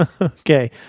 Okay